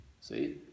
see